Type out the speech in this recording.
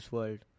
World